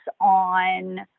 on